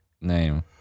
name